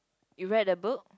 you read the book